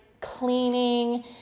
cleaning